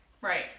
right